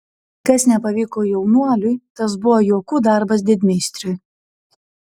kas nepavyko jaunuoliui tas buvo juokų darbas didmeistriui